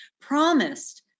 promised